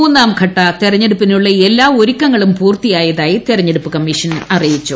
മൂന്നാം ഘട്ട തെരഞ്ഞെടുപ്പിനുള്ള എല്ലാ ഒരുക്കങ്ങളും പ്ലൂർത്തിയായതായി തെരഞ്ഞെടുപ്പ് കമ്മീഷൻ അറിയിച്ചു